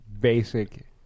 basic